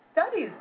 Studies